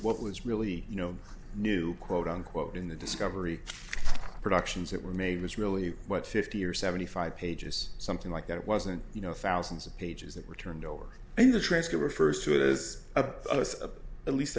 what was really you know new quote unquote in the discovery productions that were made was really what fifty or seventy five pages something like that it wasn't you know thousands of pages that were turned over and the transcript refers to it as a list of at least i